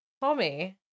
Tommy